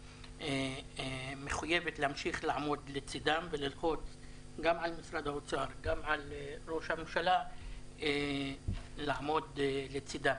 מחויבת לעמוד לצדם וללחוץ על משרד הממשלה שיעמדו לצדם.